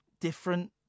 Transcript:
different